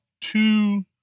two